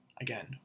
Again